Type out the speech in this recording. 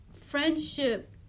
friendship